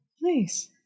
Nice